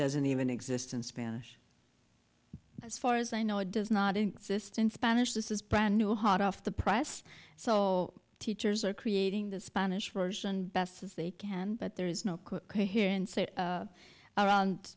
doesn't even exist in spanish as far as i know it does not insist in spanish this is brand new hot off the press so teachers are creating the spanish version best as they can but there is no